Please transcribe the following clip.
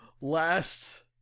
Last